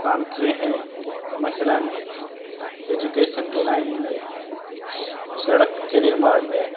کام کئے ہیں مثلاً ایجوکیشن کے لائن میں سڑک کے نرمان میں